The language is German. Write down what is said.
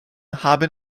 haben